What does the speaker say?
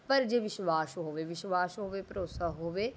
ਪਰ ਜੇ ਵਿਸ਼ਵਾਸ ਹੋਵੇ ਵਿਸ਼ਵਾਸ ਹੋਵੇ ਭਰੋਸਾ ਹੋਵੇ